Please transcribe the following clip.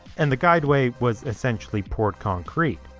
and the guideway, was essentially poured concrete.